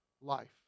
life